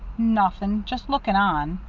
nothing. just looking on.